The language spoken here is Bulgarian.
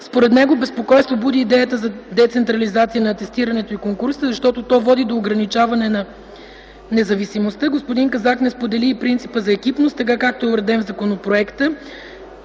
Според него безпокойство буди идеята за децентрализация на атестирането и конкурсите, защото то води до ограничаване на независимостта. Господин Казак не сподели и принципа за екипност, така както е уреден в законопроекта,